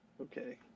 Okay